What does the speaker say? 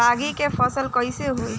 रागी के फसल कईसे होई?